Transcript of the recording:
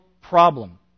problem